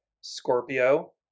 Scorpio